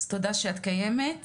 אז תודה שאת קיימת,